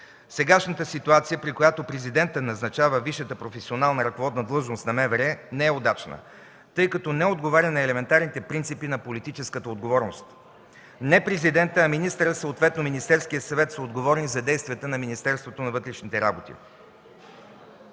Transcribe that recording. Сегашната ситуация, при която Президентът назначава висшата професионална ръководна длъжност на МВР, не е удачна, тъй като не отговаря на елементарните принципи на политическата отговорност. Не Президентът, а министърът, съответно Министерският съвет са отговорни за действията на Министерството на вътрешните работи.